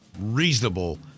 reasonable